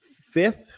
fifth